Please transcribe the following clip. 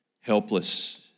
helpless